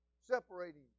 separating